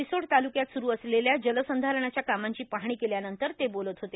रिसोड तालुक्यात सुरु असलेल्या जलसंधारणाच्या कामांची पाहणी केल्यानंतर ते बोलत होते